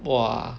!wah!